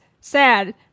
Sad